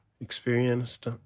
experienced